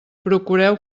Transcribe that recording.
procureu